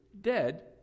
dead